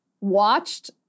watched